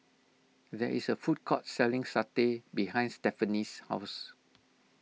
there is a food court selling Satay behind Stephany's house